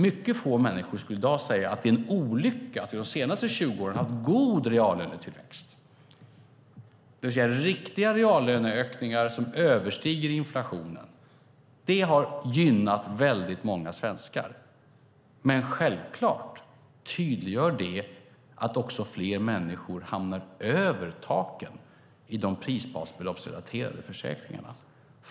Mycket få människor skulle i dag säga att det är en olycka att vi de senaste 20 åren har haft god reallönetillväxt. Riktiga reallöneökningar som överstiger inflationen har alltså gynnat många svenskar. Men självfallet tydliggör det också att fler människor hamnar över taken i de prisbasbeloppsrelaterade försäkringarna.